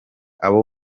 abo